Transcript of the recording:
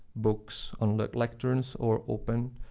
books and lecterns are open.